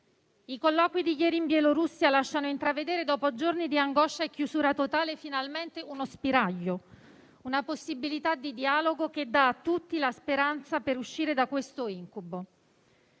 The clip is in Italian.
I colloqui di ieri in Bielorussia lasciano finalmente intravedere, dopo giorni di angoscia e chiusura totale, uno spiraglio e una possibilità di dialogo che danno a tutti la speranza di uscire da questo incubo.